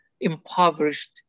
impoverished